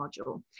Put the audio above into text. module